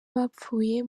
bapfuye